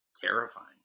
terrifying